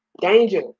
Danger